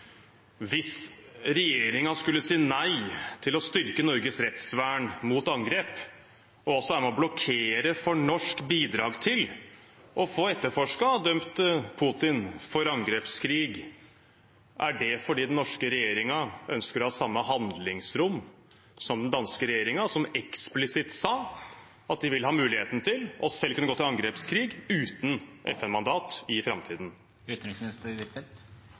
Hvis regjeringen skulle si nei til å styrke Norges rettsvern mot angrep, og også er med på å blokkere for norsk bidrag til å få etterforsket og dømt Putin for angrepskrig, er det fordi den norske regjeringen ønsker å ha samme handlingsrom som den danske regjeringen, som eksplisitt sa at de vil ha muligheten til å selv kunne gå til angrepskrig uten FN-mandat i framtiden?